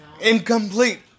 Incomplete